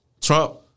Trump